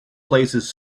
places